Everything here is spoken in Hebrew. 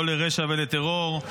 לא לרשע ולטרור,